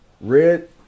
Red